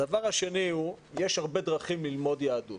הדבר השני הוא, יש הרבה דרכים ללמוד יהדות.